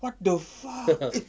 what the fuck eh